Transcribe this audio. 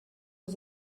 was